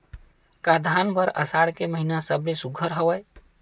का धान बर आषाढ़ के महिना सबले सुघ्घर हवय?